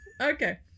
Okay